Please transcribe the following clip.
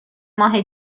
ماه